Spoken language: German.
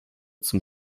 zum